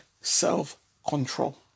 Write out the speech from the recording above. self-control